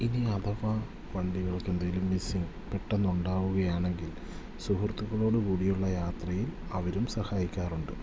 ഇനി അഥവാ വണ്ടികൾക്കെന്തെങ്കിലും മിസ്സിംഗ് പെട്ടെന്നുണ്ടാകുകയാണെങ്കിൽ സുഹൃത്തുക്കളോട് കൂടിയുള്ള യാത്രയിൽ അവരും സഹായിക്കാറുണ്ട്